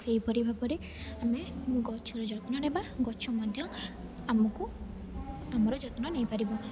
ସେହିପରି ଭାବରେ ଆମେ ଗଛର ଯତ୍ନ ନେବା ଗଛ ମଧ୍ୟ ଆମକୁ ଆମର ଯତ୍ନ ନେଇପାରିବା